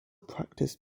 practiced